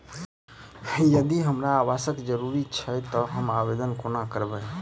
यदि हमरा आवासक जरुरत छैक तऽ हम आवेदन कोना करबै?